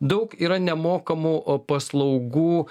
daug yra nemokamų a paslaugų